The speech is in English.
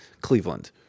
Cleveland